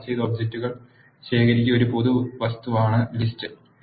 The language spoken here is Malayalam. ഓർഡർ ചെയ്ത ഒബ്ജക്റ്റുകൾ ശേഖരിക്കുന്ന ഒരു പൊതു വസ് തുവാണ് ലിസ്റ്റ്